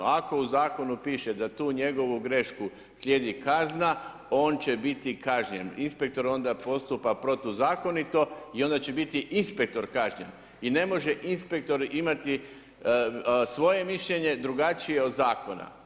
Ako u zakonu piše da za tu njegovu grešku slijedi kazna, on će biti kažnjen, inspektor onda postupa protuzakonito i onda će biti inspektor kažnjen i ne može inspektor imati svoje mišljenje drugačije od zakona.